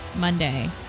Monday